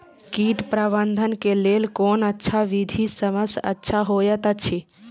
कीट प्रबंधन के लेल कोन अच्छा विधि सबसँ अच्छा होयत अछि?